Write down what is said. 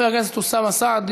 חבר הכנסת אוסאמה סעדי,